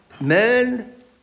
men